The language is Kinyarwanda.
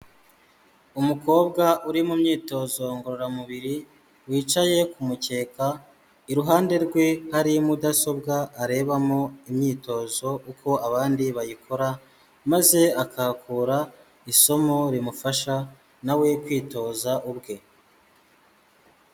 Umukobwa uri mu myitozo ngororamubiri wicaye kumukeka, iruhande rwe hari mudasobwa arebamo imyitozo uko abandi bayikora maze akahakura isomo rimufasha nawe we kwitoza ubwe.